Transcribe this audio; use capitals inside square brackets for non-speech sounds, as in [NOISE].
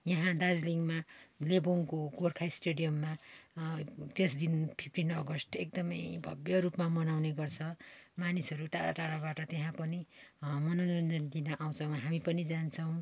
यहाँ दार्जिलिङमा लेबोङको गोर्खा स्टेडियममा त्यस दिन फिप्टिन अगस्त एकदम भव्य रुपमा मनाउने गर्छ मानिसहरू टाडा टाडाबाट त्यहाँ पनि मनोरञ्जन लिन आउँछौँ हामी पनि जान्छौँ [UNINTELLIGIBLE]